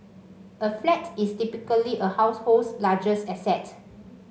a flat is typically a household's largest asset